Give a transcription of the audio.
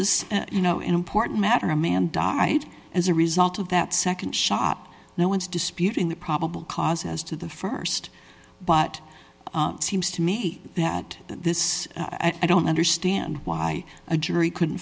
is you know important matter a man died as a result of that nd shot no one's disputing the probable cause as to the st but it seems to me that this i don't understand why a jury couldn't